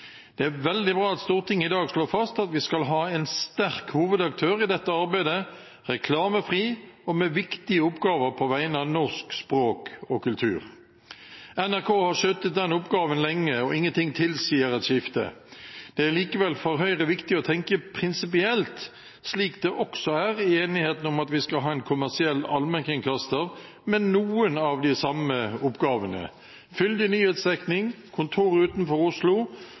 Det er veldig bra at Stortinget i dag slår fast at vi skal ha en sterk hovedaktør i dette arbeidet, reklamefri og med viktige oppgaver på vegne av norsk språk og kultur. NRK har skjøttet denne oppgaven lenge, og ingenting tilsier et skifte. Det er likevel for Høyre viktig å tenke prinsipielt, slik det også er i enigheten om at vi skal ha en kommersiell allmennkringkaster med noen av de samme oppgavene: fyldig nyhetsdekning, kontor utenfor Oslo